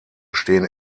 stehen